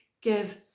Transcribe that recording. give